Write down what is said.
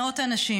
מאות אנשים,